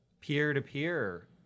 peer-to-peer